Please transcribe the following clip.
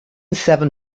seven